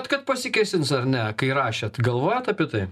kad pasikėsins ar ne kai rašėt galvojot apie tai